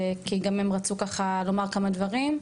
כי גם הם רצו לומר כמה דברים.